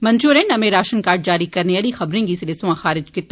मंत्री होरें नमें राशम कार्ड जारी करने आली खबरें गी सिरे सोयां खारिज कीता